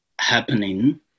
happening